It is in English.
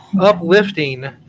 uplifting